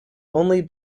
only